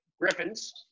Griffins